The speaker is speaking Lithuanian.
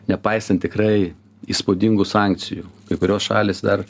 nepaisant tikrai įspūdingų sankcijų kai kurios šalys dar